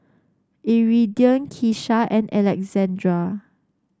Iridian Kesha and Alexandr